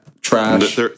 trash